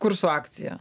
kur su akcija